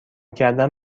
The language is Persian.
کردن